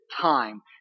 time